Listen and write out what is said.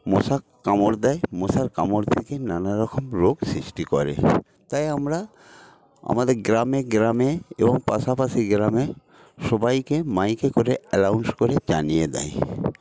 মশা কামড় দেয় মশার কামড় থেকে নানা রকম রোগ সৃষ্টি করে তাই আমরা আমাদের গ্রামে গ্রামে এবং পাশাপাশি গ্রামে সবাইকে মাইকে করে অ্যানাউন্স করে জানিয়ে দেয়